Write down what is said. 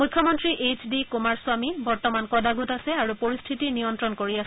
মুখ্যমন্ত্ৰী H D Kumaraswamy বৰ্তমান কডাণ্ডত আছে আৰু পৰিস্থিতি নিৰীক্ষণ কৰি আছে